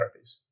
therapies